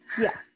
Yes